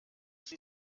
sie